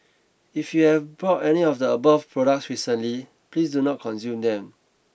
if you have bought any of the above products recently please do not consume them